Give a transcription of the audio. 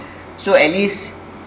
so at least